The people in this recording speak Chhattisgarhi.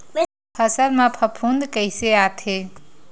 फसल मा फफूंद कइसे आथे?